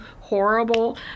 horrible